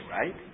right